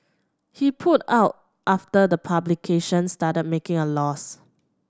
he pulled out after the publication started making a loss